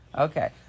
Okay